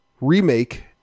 remake